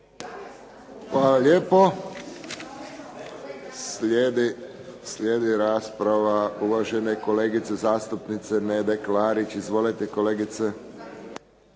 lijepo. Slijedi rasprava uvažene kolegice zastupnice Nede Klarić. Izvolite kolegice.